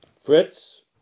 Fritz